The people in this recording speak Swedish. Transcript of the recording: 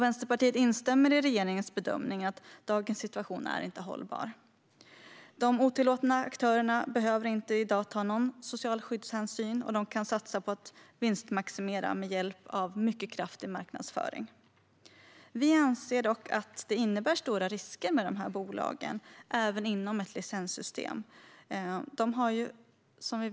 Vänsterpartiet instämmer i regeringens bedömning att dagens situation inte är hållbar. De otillåtna aktörerna behöver i dag inte ta någon social skyddshänsyn, och de kan satsa på att vinstmaximera med hjälp av mycket kraftig marknadsföring. Vi anser dock att det innebär stora risker med de här bolagen även inom ett licenssystem.